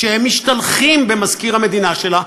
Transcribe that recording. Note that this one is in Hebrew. כשהם משתלחים במזכיר המדינה שלה,